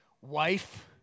wife